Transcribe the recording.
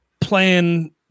playing